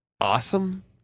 awesome